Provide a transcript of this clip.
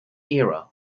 era